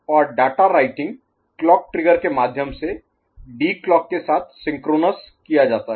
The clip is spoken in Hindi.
और डाटा राइटिंग क्लॉक ट्रिगर के माध्यम से डी क्लॉक के साथ सिंक्रोनस Synchronous किया जाता है